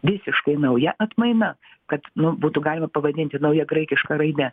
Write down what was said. visiškai nauja atmaina kad nu būtų galima pavadinti nauja graikiška raide